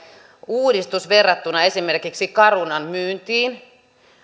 uudistus verrattuna esimerkiksi carunan myyntiin